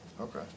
Okay